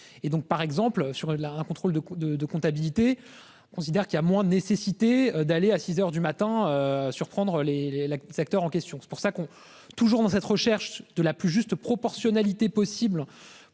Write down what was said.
par exemple sur la un contrôle de de de comptabilité considère qu'il y a moins de nécessité d'aller à 6h du matin surprendre les les là le secteur en question, c'est pour ça qu'on est toujours dans cette recherche de la plus juste proportionnalité possible